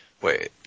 Wait